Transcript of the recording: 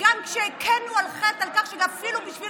וגם כשהיכינו על חטא על כך שאפילו בשביל